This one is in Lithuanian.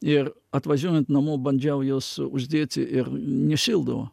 ir atvažiuojant namo bandžiau juos uždėti ir nešildavo